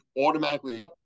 automatically